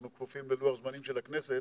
אנחנו כפופים ללוח זמנים של הכנסת